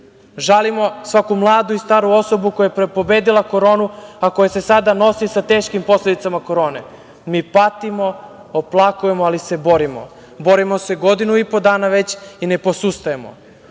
Žalimo svaku mladu i staru osobu koja je pobedila koronu, a koja se sada nosi sa teškim posledicama korone. Mi patimo, oplakujemo, ali se borimo. Borimo se godinu i po dana već i ne posustajemo,